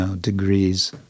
degrees